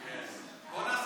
נתקבלו.